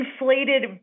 inflated